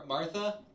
Martha